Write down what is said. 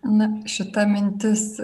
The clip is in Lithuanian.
na šita mintis